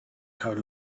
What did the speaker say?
have